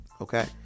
Okay